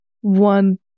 one